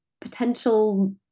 potential